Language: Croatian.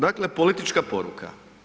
Dakle, politička poruka.